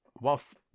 whilst